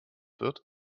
wird